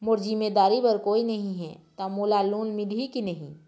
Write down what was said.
मोर जिम्मेदारी बर कोई नहीं हे त मोला लोन मिलही की नहीं?